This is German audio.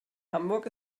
hamburg